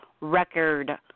record